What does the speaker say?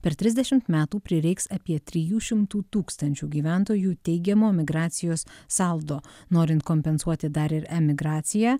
per trisdešimt metų prireiks apie trijų šimtų tūkstančių gyventojų teigiamo migracijos saldo norint kompensuoti dar ir emigraciją